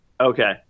Okay